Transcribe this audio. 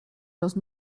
los